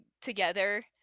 together